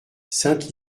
sainte